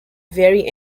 very